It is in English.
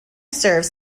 serves